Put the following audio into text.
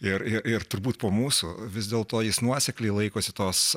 ir ir ir turbūt po mūsų vis dėlto jis nuosekliai laikosi tos